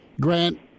Grant